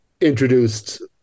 introduced